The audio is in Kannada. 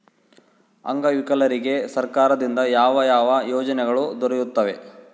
ಅಂಗವಿಕಲರಿಗೆ ಸರ್ಕಾರದಿಂದ ಯಾವ ಯಾವ ಯೋಜನೆಗಳು ದೊರೆಯುತ್ತವೆ?